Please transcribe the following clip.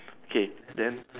okay then